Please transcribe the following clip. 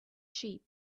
sheep